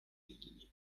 easily